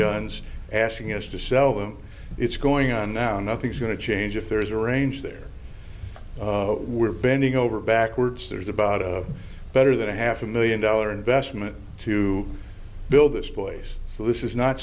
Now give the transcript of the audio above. guns asking us to sell them it's going on now nothing's going to change if there's a range there were bending over backwards there's about a better than a half a million dollar investment to build this place so this is not